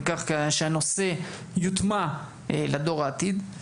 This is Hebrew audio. כך שהנושא יוטמע לדור העתיד.